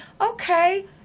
Okay